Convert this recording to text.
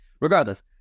regardless